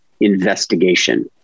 investigation